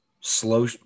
slow